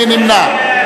מי נמנע?